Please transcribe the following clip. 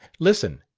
listen.